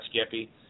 Skippy